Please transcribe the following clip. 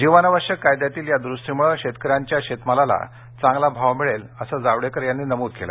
जीवनावश्यक कायद्यातील या द्रुस्तीमुळे शेतकऱ्यांच्या शेतमालाला चांगला भाव मिळेल असं जावडेकर यांनी नमूद केलं